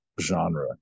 genre